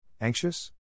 Anxious